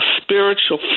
spiritual